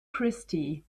christie